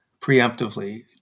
preemptively